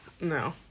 no